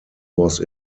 was